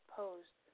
posed